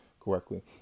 correctly